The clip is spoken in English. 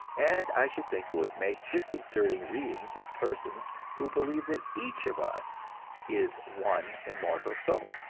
and i should think it would make disconcerting reading to persons who believe that each of us is one immortal soul,